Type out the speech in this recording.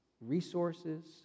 resources